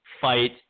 fight